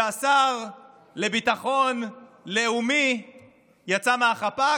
כשהשר לביטחון לאומי יצא מהחפ"ק,